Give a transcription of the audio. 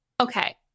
okay